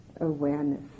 awareness